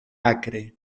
acre